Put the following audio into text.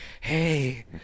hey